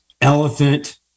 elephant